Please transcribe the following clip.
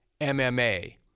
MMA